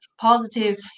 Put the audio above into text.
positive